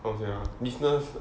okay business